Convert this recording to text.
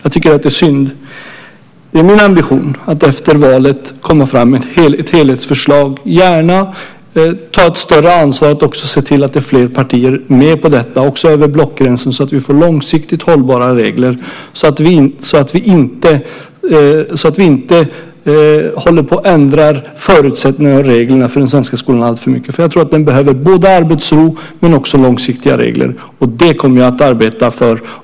Det är min ambition att efter valet lägga fram ett helhetsförslag och gärna ta ett större ansvar för att fler partier är med på detta, också över blockgränsen, så att vi får långsiktigt hållbara regler som inte ändrar förutsättningarna och reglerna för den svenska skolan alltför mycket. Jag tror nämligen att den behöver arbetsro men också långsiktiga regler. Det kommer vi att arbeta för.